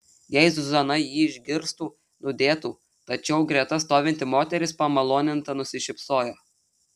jei zuzana jį išgirstų nudėtų tačiau greta stovinti moteris pamaloninta nusišypsojo